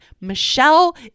Michelle